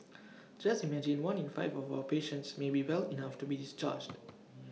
just imagine one in five of our patients may be well enough to be discharged